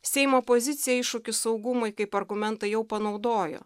seimo pozicija iššūkį saugumui kaip argumentą jau panaudojo